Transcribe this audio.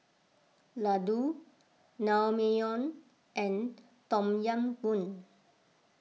Ladoo Naengmyeon and Tom Yam Goong